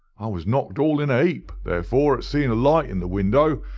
i was knocked all in a heap therefore at seeing a light in the window,